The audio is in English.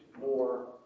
more